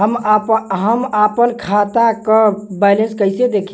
हम आपन खाता क बैलेंस कईसे देखी?